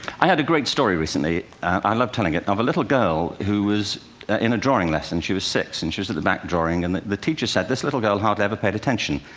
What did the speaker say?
i heard a great story recently i love telling it of a little girl who was in a drawing lesson. she was six, and she was at the back, drawing, and the the teacher said this girl hardly ever paid attention,